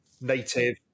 native